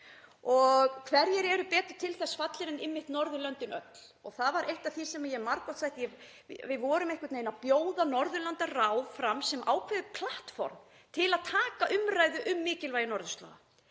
Og hverjir eru betur til þess fallnir en einmitt Norðurlöndin öll? Og það var eitt af því sem ég hef margoft sagt: Við vorum einhvern veginn að bjóða Norðurlandaráð fram sem ákveðið „platform“, vettvang, til að taka umræðu um mikilvægi norðurslóða.